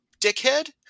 Dickhead